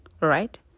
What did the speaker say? Right